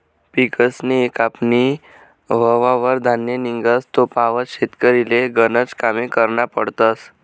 पिकसनी कापनी व्हवावर धान्य निंघस तोपावत शेतकरीले गनज कामे करना पडतस